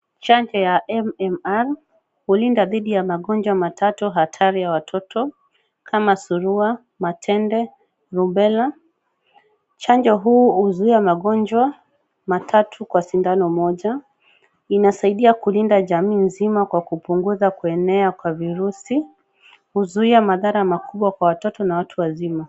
Chanjo ya MMR hulinda dhidi ya magonjwa matatu hatari ya watoto kama surua, matende, rubela. Chanjo huzuia magonjwa matatu kwa sindano moja. Inasaidia kulinda jamii nzima kwa kupunguza kuenea kwa virusi. Huzuia madhara makubwa kwa watoto na watu wazima.